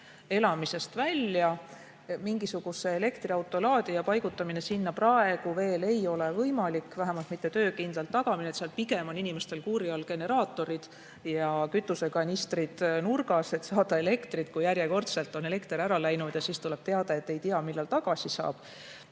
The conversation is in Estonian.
elamisest välja. Mingisuguse elektriauto laadija paigutamine sinna praegu veel ei ole võimalik, vähemalt mitte töökindlalt. Seal pigem on inimestel kuuri all generaatorid ja kütusekanistrid nurgas, et saada elektrit, kui järjekordselt on elekter ära läinud ja siis tuleb teade, et ei tea, millal elektri tagasi saab,